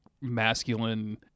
masculine